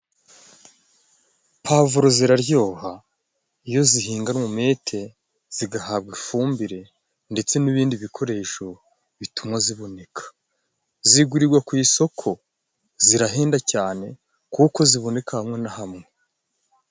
Puwavuro ziraryoha iyo zihinganwe umwete, zigahabwa ifumbire ndetse n'ibindi bikoresho bituma ziboneka, zigurirwa ku isoko zirahenda cyane kuko ziboneka hamwe na hamwe.